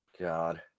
God